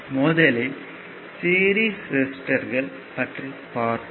முதலில் சீரிஸ் ரெசிஸ்டர்கள் பற்றி பார்ப்போம்